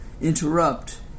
interrupt